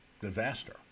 disaster